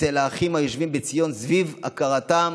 אצל האחים היושבים בציון סביב הכרתם,